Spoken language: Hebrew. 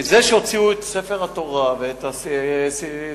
זה שהוציאו את ספר התורה ואת הספרים,